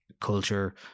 culture